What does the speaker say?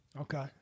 Okay